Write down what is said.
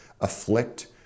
afflict